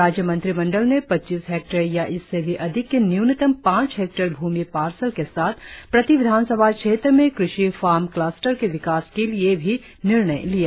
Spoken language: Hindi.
राज्य मंत्रिमंडल ने पच्चीस हेल्टेयर या इससे भी अधिक के न्यूनतम पांच हेक्टेयर भूमि पार्सल के साथ प्रति विधानसभा क्षेत्र में क़षि फार्म क्लस्टर के विकास के लिए भी निर्णय लिया